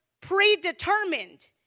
predetermined